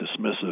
dismissive